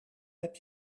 heb